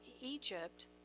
Egypt